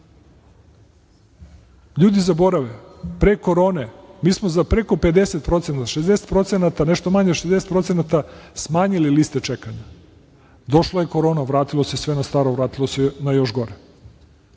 Ljudi zaborave, pre korone mi smo za preko 50%, 60%, nešto manje od 60% smanjili liste čekanja. Došla je korona, vratilo se sve na staro, vratilo se na još gore,